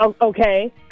Okay